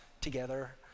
together